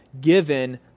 given